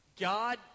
God